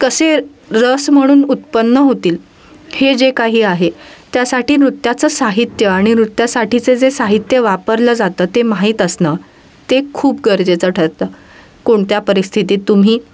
कसे रस म्हणून उत्पन्न होतील हे जे काही आहे त्यासाठी नृत्याचं साहित्य आणि नृत्यासाठीचं जे साहित्य वापरलं जातं ते माहीत असणं ते खूप गरजेचं ठरतं कोणत्या परिस्थितीत तुम्ही